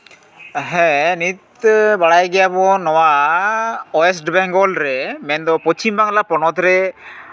ᱦᱮᱸ ᱱᱤᱛ ᱵᱟᱲᱟᱭ ᱜᱮᱭᱟᱵᱚᱱ ᱱᱚᱣᱟ ᱳᱭᱮᱥᱴ ᱵᱮᱝᱜᱚᱞ ᱨᱮ ᱢᱮᱱᱫᱚ ᱯᱚᱪᱷᱤᱢ ᱵᱟᱝᱞᱟ ᱯᱚᱱᱚᱛ ᱨᱮ